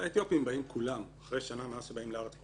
האתיופים באים כולם אחרי שנה מאז שבאים לארץ,